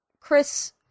Chris